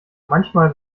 manchmal